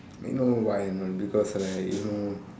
you know why or not because right you know